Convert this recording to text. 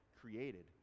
created